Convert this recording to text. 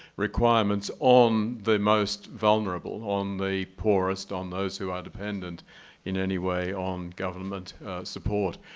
requirements on the most vulnerable, on the poorest, on those who are dependent in any way on government support.